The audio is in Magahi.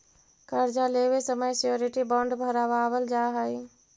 कर्जा लेवे समय श्योरिटी बॉण्ड भरवावल जा हई